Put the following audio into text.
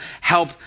help